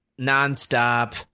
nonstop